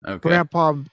Grandpa